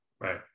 Right